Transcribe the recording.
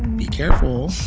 be careful